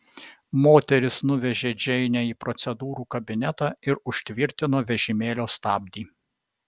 moteris nuvežė džeinę į procedūrų kabinetą ir užtvirtino vežimėlio stabdį